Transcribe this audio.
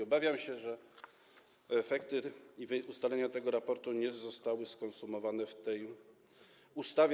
Obawiam się, że efekty i ustalenia tego raportu nie zostały skonsumowane w tej ustawie.